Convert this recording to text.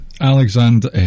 Alexander